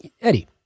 Eddie